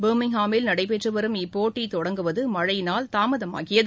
பர்கிம்காமில் நடைபெற்று வரும் இப்போட்டி தொடங்குவது மழையினால் தாமதமாகியது